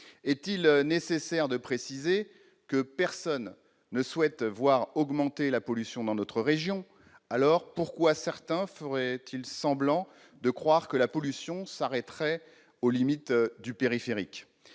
Est-il nécessaire de préciser que personne ne souhaite voir augmenter la pollution dans notre région ? Aussi, pourquoi certains feraient-ils semblant de croire que la pollution s'arrêterait aux limites du périphérique ?